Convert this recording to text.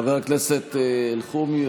חבר הכנסת אלחרומי,